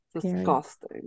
Disgusting